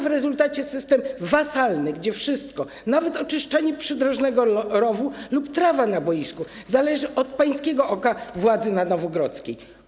W rezultacie mamy system wasalny, w którym wszystko, nawet oczyszczanie przydrożnego rowu lub trawa na boisku, zależy od pańskiego oka władzy na Nowogrodzkiej.